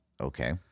Okay